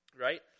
right